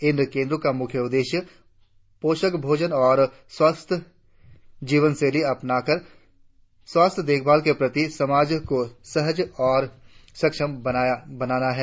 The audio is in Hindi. इन केंद्रों का मुख्य उद्देश्य पोषक भोजन और स्वास्थ्य जीवन शैली अपनाकर स्वास्थ्य देखभाल के प्रति समाज को सजग तथा सक्षम बनाया है